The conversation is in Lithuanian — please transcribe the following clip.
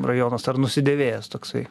rajonas ar nusidėvėjęs toksai